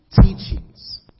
teachings